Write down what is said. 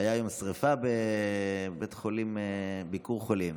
שהייתה היום שרפה בבית חולים ביקור חולים.